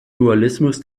dualismus